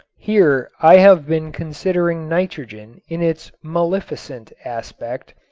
here i have been considering nitrogen in its maleficent aspect,